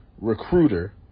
recruiter